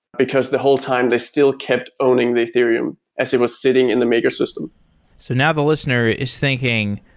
because the whole time they still kept owning the ethereum as it was sitting in the maker system so now the listener is thinking,